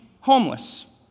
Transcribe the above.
homeless